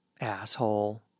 Asshole